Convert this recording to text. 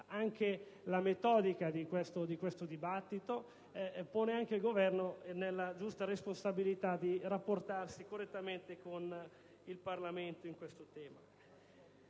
anche la metodica di questo dibattito - nella giusta responsabilità di rapportarsi correttamente con il Parlamento su questo tema.